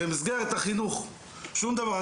במסגרת החינוך שום דבר.